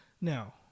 Now